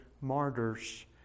martyrs